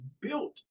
built